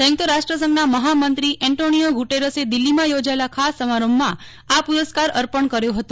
સંયુક્ત રાષ્ટ્રસંઘના મહામંત્રી એન્ટોનિયો ગુટેરસે દિલ્હીમાં યોજાયેલા ખાસ સમારંભમાં આ પુરસ્કાર અર્પણ કર્યો હતો